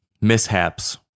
mishaps